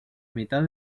mitad